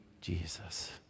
Jesus